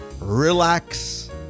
relax